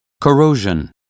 corrosion